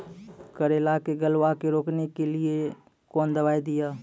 करेला के गलवा के रोकने के लिए ली कौन दवा दिया?